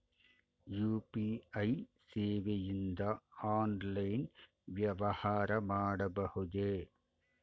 UPI ಸೇವೆಯಿಂದ online ವ್ಯವಹಾರ ಮಾಡಬಹುದೇ?